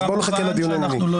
אז בוא נחכה לדיון הענייני.